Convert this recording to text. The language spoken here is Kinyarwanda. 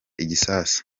igisasu